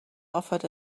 offered